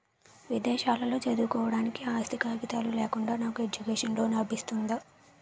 విదేశాలలో చదువుకోవడానికి ఆస్తి కాగితాలు లేకుండా నాకు ఎడ్యుకేషన్ లోన్ లబిస్తుందా?